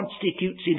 constitutes